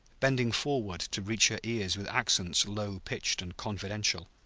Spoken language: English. bending forward to reach her ears with accents low-pitched and confidential.